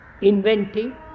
inventing